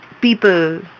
people